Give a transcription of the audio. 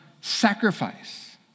sacrifice